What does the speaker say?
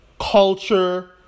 culture